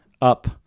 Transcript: up